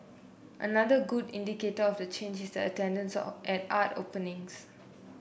another good indicator of the change is the attendance of at art openings